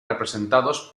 representados